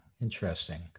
interesting